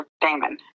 Damon